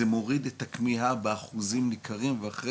זה מוריד את הכמיהה באחוזים ניכרים ואחרי